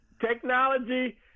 technology